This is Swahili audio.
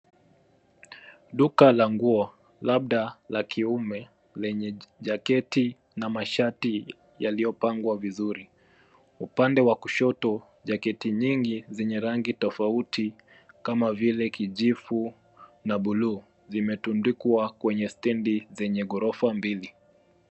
Duka la nguo labda la kiume limejaa jaketi na mashati zilipangwa vizuri. Upande wa kushoto jaketi mingi zenye rangi tofauti kama vile kijivu na buluu zime tundikwa kwenye stendi za gorofa mbili.